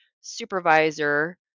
supervisor